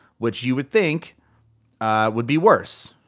which you would think would be worse,